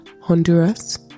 Honduras